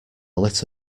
lit